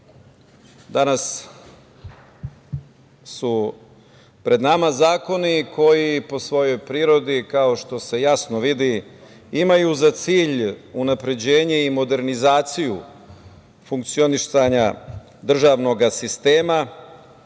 danas su pred nama zakoni koji po svojoj prirodi, kao što se jasno vidi, imaju za cilj unapređenje i modernizaciju funkcionisanja državnog sistema. Iako